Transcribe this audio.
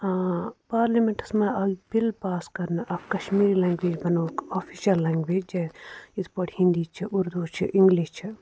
آ پارلِمینٛٹس منٛز آیہِ بِل پاس کَرنہٕ اکھ کشمیٖری لَنٛگویج بَنوٕکھ اَکھ آفِشَل لَنٛگویج یِتھٕ پٲٹھۍ ہینٛدی چھُ اُردوٗ چھُ اِنٛگلِش چھُ